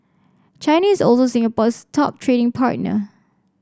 China is also Singapore's top trading partner